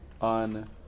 On